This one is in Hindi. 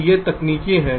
तो ये कुछ तकनीकें हैं